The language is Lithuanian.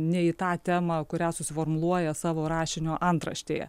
ne į tą temą kurią susiformuluoja savo rašinio antraštėje